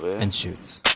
and shoots.